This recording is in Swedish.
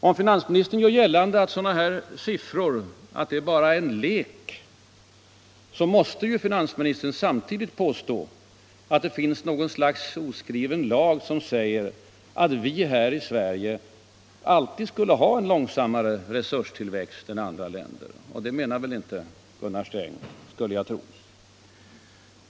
Om finansministern gör gällande att detta bara är en lek med siffror, så måste finansministern samtidigt påstå att det finns något slags oskriven lag som säger att vi här i Sverige alltid skulle ha en långsammare resurstillväxt än andra länder. Och det menar väl inte Gunnar Sträng, skulle jag tro.